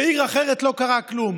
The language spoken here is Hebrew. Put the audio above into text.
ובעיר אחרת לא קרה כלום.